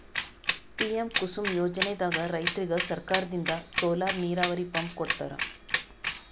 PM Kusum ಯೋಜನೆದಾಗ್ ರೈತರಿಗ್ ಸರ್ಕಾರದಿಂದ್ ಸೋಲಾರ್ ನೀರಾವರಿ ಪಂಪ್ ಕೊಡ್ತಾರ